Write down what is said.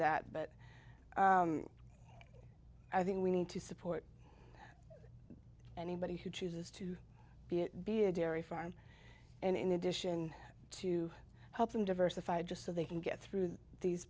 that but i think we need to support anybody who chooses to be it be a dairy farm and in addition to helping diversify just so they can get through these